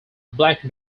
black